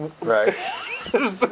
Right